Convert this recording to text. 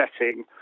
setting